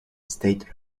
state